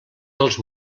dels